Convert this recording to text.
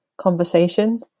conversation